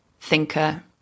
thinker